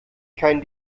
kein